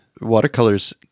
watercolors